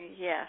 Yes